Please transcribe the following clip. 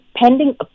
pending